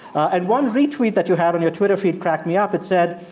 and one retweet that you have on your twitter feed cracked me up. it said,